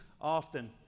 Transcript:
often